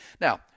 Now